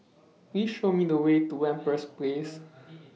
Please Show Me The Way to Empress Place